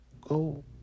go